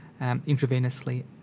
intravenously